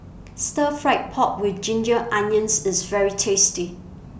Stir Fried Pork with Ginger Onions IS very tasty